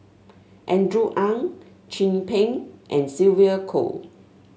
Andrew Ang Chin Peng and Sylvia Kho